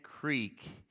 Creek